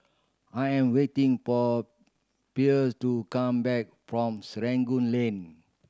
I'm waiting for Pearle to come back from Serangoon Link